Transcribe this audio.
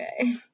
okay